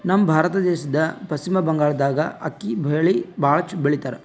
ನಮ್ ಭಾರತ ದೇಶದ್ದ್ ಪಶ್ಚಿಮ್ ಬಂಗಾಳ್ದಾಗ್ ಅಕ್ಕಿ ಬೆಳಿ ಭಾಳ್ ಬೆಳಿತಾರ್